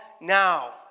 now